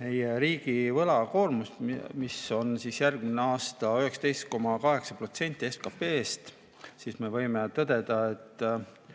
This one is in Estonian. meie riigi võlakoormust, mis on järgmine aasta 19,8% SKP‑st, siis me võime tõdeda, et